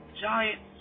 giant